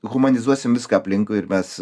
humanizuosim viską aplinkui ir mes